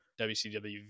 WCW